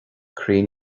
croí